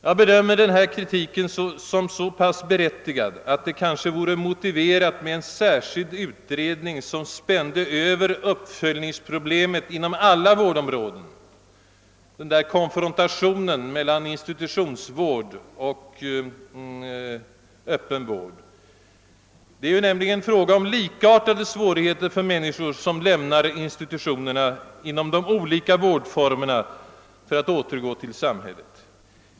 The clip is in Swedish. Jag bedömer kritiken som så pass berättigad, att det kanske vore motiverat med en särskild utredning, som spände över uppföljningsproblemet inom alla vårdområden. Det är nämligen fråga om likartade svårigheter för människor, som lämnar institutionerna inom de olika vårdformerna för att återgå till samhället.